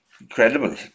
incredible